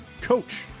coach